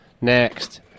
next